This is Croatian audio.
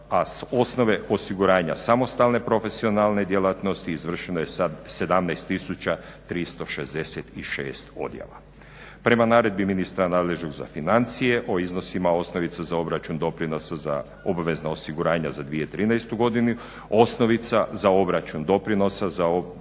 osnove osiguranja samostalne profesionalne djelatnosti izvršeno je sada 17 tisuća 366 odjava. Prema naredbi ministra nadležnost za financije o iznosima osnovice za obračun doprinosa za obvezna osiguranja za 2013. osnovica za obračun doprinosa za obvezna